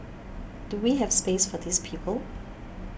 do we have space for these people